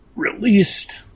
released